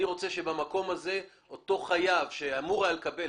במקום הזה אותו חייב שאמור היה לקבל את הדרישה לתשלום,